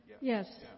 Yes